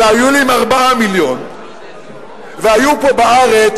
אלא היו עולים 4 מיליון, והיו פה בארץ